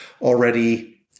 already